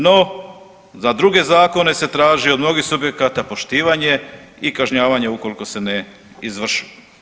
No za druge zakone se traži od mnogih subjekata poštivanje i kažnjavanje ukoliko se ne izvrše.